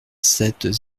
sept